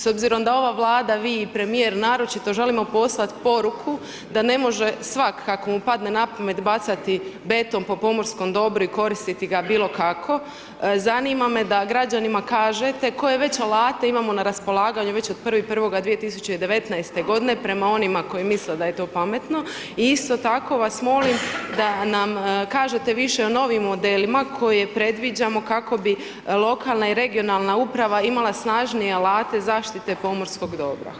S obzirom da ova Vlada, vi i premijer naročito želimo poslat poruku da ne može svak kak mu padne napamet bacati beton po pomorskom dobru i koristiti ga bilo kako, zanima me da građanima kažete koje već alate imamo na raspolaganju već od 1.1.2019. godine prema onima koji misle da je to pametno i isto tako vas molim da nam kažete više o novim modelima koje predviđamo kako bi lokalna i regionalna uprava imala snažnije alate zaštite pomorskog dobra.